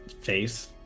face